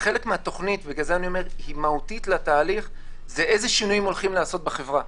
חלק מהותי בתהליך זה איזה שינויים הולכים לעשות בחברה.